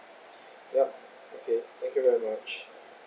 yup okay thank you very much